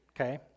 Okay